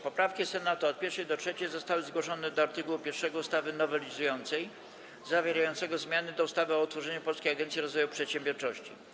Poprawki Senatu od 1. do 3. zostały zgłoszone do art. 1 ustawy nowelizującej zawierającego zmiany do ustawy o utworzeniu Polskiej Agencji Rozwoju Przedsiębiorczości.